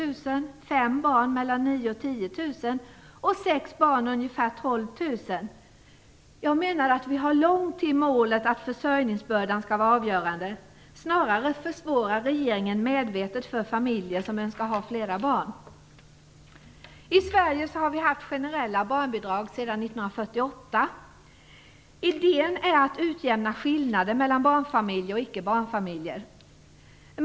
För ett hushåll med fem barn handlar det om mellan 9 000 och 10 000 kr. Och för ett hushåll med sex barn handlar det om ungefär 12 000 kr. Jag menar att vi har långt till målet att försörjningsbördan skall vara avgörande. Snarare försvårar regeringen medvetet för familjer som önskar ha flera barn. I Sverige har vi haft generella barnbidrag sedan 1948. Idén är att skillnader mellan barnfamiljer och icke-barnfamiljer skall utjämnas.